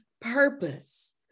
purpose